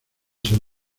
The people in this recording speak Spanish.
ser